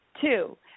Two